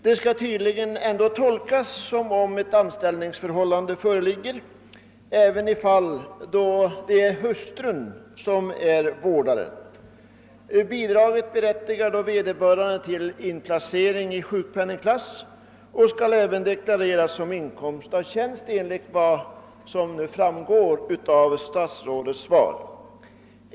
Det skall tydligen ändå tolkas som om ett anställningsförhållande föreligger även ifall det är hustrun som är vårdare. Bidraget berättigar då vederbörande till inplacering i sjukpenningklass och skall då deklareras som inkomst av tjänst enligt vad som framgår av statsrådets svar.